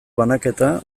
banaketa